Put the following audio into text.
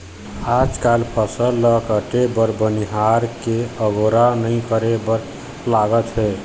आजकाल फसल ल काटे बर बनिहार के अगोरा नइ करे बर लागत हे